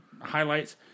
highlights